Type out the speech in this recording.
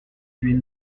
huit